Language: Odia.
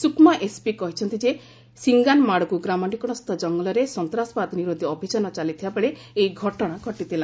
ସୁକମା ଏସ୍ପି କହିଛନ୍ତି ଯେ ସିଙ୍ଗାନମାଡ଼ଗୁ ଗ୍ରାମ ନିକଟସ୍ଥ କଙ୍ଗଲରେ ସନ୍ତାସବାଦ ନିରୋଧୀ ଅଭିଯାନ ଚାଲିଥିବା ବେଳେ ଏହି ଘଟଣା ଘଟିଥିଲା